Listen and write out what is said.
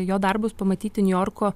jo darbus pamatyti niujorko